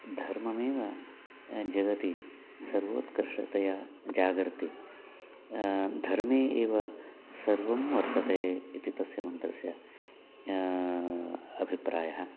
धर्ममेव जगति सर्वोत्कृष्टतया जागर्ति धर्मे एव सर्वं वर्तते इति तस्य मन्त्रस्य अभिप्रायः